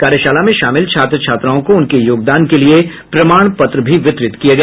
कार्यशाला में शामिल छात्र छात्राओं को उनके योगदान के लिए प्रमाण पत्र भी वितरित किया गया